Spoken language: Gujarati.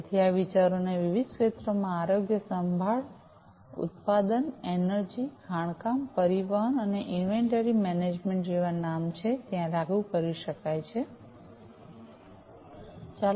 તેથી આ વિચારોને વિવિધ ક્ષેત્રોમાં આરોગ્ય સંભાળ ઉત્પાદન એનર્જિ ખાણકામ પરિવહન અને ઇન્વેન્ટરી મેનેજમેન્ટ જેવા નામ છે ત્યાં લાગુ કરી શકાયછે